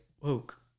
woke